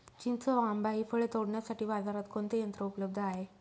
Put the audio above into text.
चिंच व आंबा हि फळे तोडण्यासाठी बाजारात कोणते यंत्र उपलब्ध आहे?